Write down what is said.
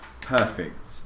Perfect